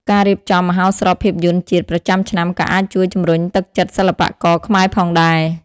ការរៀបចំមហោស្រពភាពយន្តជាតិប្រចាំឆ្នាំក៏អាចជួយជំរុញទឹកចិត្តសិល្បករខ្មែរផងដែរ។